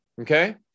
okay